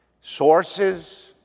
sources